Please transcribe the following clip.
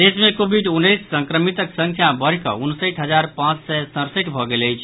प्रदेश मे कोविड उन्नैस संक्रमितक संख्या बढ़िकऽ उनसठि हजार पांच सय सड़सठि भऽ गेल अछि